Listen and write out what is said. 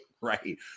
right